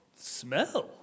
smell